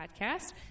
podcast